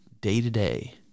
day-to-day